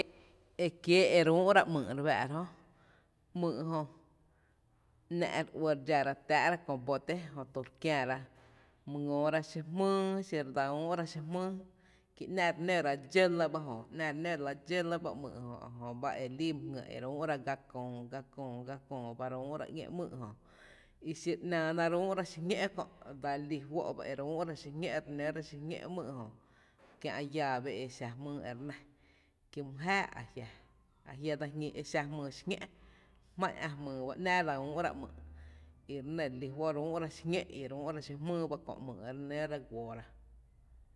E kiee’ e re úú’ra ‘myy’ re fáá’ra jö; ‘myy’ jö ‘nⱥ’ re uɇɇ re dxára re tⱥⱥ’ ra köö bóte jötu re kiära my ngööra xí jmýý xire dsa úú’ra xí jmýý jkí ´nⱥ’ re nóóra dxó lɇ ba e jö, nⱥ’ re nóra dxó lɇ ba ‘myy’ jö, jöba e líí my jngy, jöba re úú’ ra gá köö, gá köö ba ‘ñéé ‘myy’ jö i xiro ‘nⱥⱥ ná re úú’ra xiñó’ kö’ dsa lí fó’ ba e re úú’ra xiñó’ ere nóra xiñó’ ‘myy’ jö, kiä’ llave exa jmýý e re nɇ, kí mý jáaá’ ajia’ dse jñi ‘myy’ xí ñó’ jmá’n ä’ jmyy ba ‘nⱥⱥ dsa üü’ra ‘myy’ i re nɇ re lí fo’ e re úú’ra xiñó’ o re úú’ra xí jmýý bá e re nǿ ra guoorá.